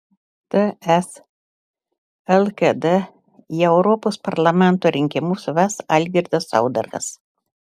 ts lkd į europos parlamento rinkimus ves algirdas saudargas